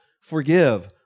forgive